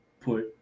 put